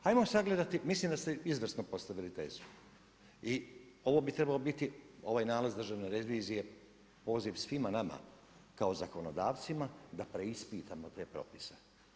Ajmo sagledati, mislim da ste izvrsno postavili tezu i ovo bi trebalo biti, ovaj nalaz Državne revizije, poziv svima nama kao zakonodavcima, da preispitamo te propise.